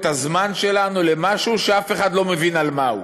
את הזמן שלנו למשהו שאף אחד לא מבין מה הוא,